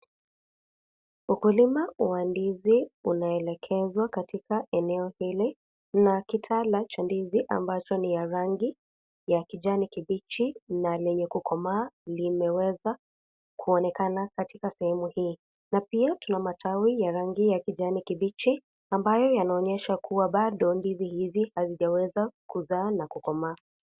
Ukulima wa ndizi unaelekezwa katika eneo hili na kitala ya ndizi ambacho ni rangi ya kijani kibichi na lenye kukomaa limeweza kuonekana katika sehemu hii na pia tuna matawi ya kijani kibichi ambayo yanaonyesha kuwa bado ndizi hizi hazijaweza kuzaa na kukomaa.